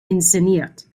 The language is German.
inszeniert